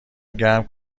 گرم